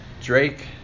Drake